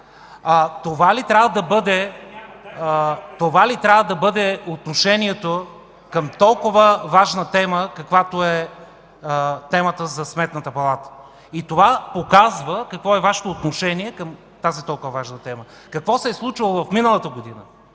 Това ли трябва да бъде отношението към толкова важна тема, каквато е тази за Сметната палата? Това показва какво е Вашето отношение по тази толкова важна тема. Какво се е случвало миналата година